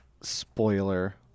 spoiler